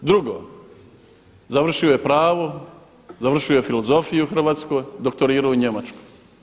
Drugo, završio je pravo, završio je filozofiju u Hrvatskoj, doktorirao u Njemačkoj.